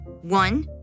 one